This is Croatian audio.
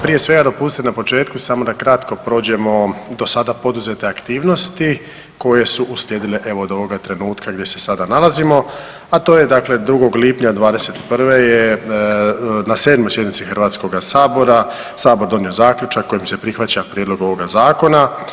Prije svega dopustite na početku da samo kratko prođemo poduzete aktivnosti koje su uslijedile evo do ovoga trenutka gdje se sada nalazimo, a to je dakle 2. lipnja 21. je na 7. sjednici Hrvatskoga sabora, Sabor donio zaključak kojim se prihvaća Prijedlog ovoga zakona.